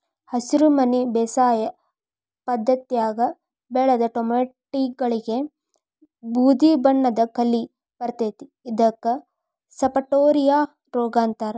ಹಸಿರುಮನಿ ಬೇಸಾಯ ಪದ್ಧತ್ಯಾಗ ಬೆಳದ ಟೊಮ್ಯಾಟಿಗಳಿಗೆ ಬೂದಿಬಣ್ಣದ ಕಲಿ ಬರ್ತೇತಿ ಇದಕ್ಕ ಸಪಟೋರಿಯಾ ರೋಗ ಅಂತಾರ